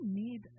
need